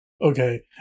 okay